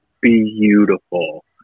beautiful